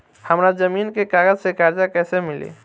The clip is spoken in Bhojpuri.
हमरा जमीन के कागज से कर्जा कैसे मिली?